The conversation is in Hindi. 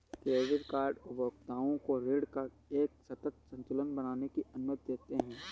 क्रेडिट कार्ड उपभोक्ताओं को ऋण का एक सतत संतुलन बनाने की अनुमति देते हैं